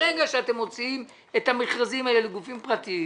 ברגע שאתם מוציאים את המכרזים האלה לגופים פרטיים